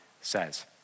says